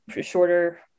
shorter